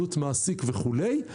על עלות מעסיק וכולי.